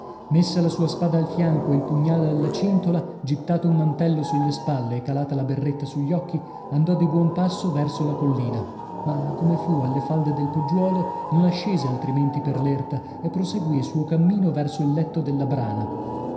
messa la sua spada al fianco e il pugnale alla cintola gittato un mantello sulle spalle e calata la berretta sugli occhi andò di buon passo verso la collina ma come fu alle falde del poggiuolo non ascese altrimenti per l'erta e proseguì il suo cammino verso il letto della brana